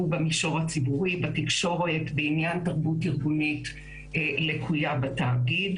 במישור הציבורי בתקשורת בעניין תרבות ארגונית לקויה בתאגיד.